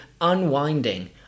unwinding